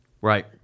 Right